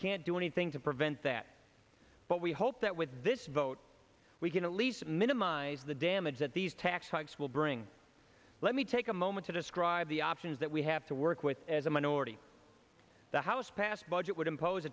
can't do anything to prevent that but we hope that with this vote we can at least minimize the damage that these tax hikes will bring let me take a moment to describe the options that we have to work with as a minority the house passed budget would impose